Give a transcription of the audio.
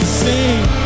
sing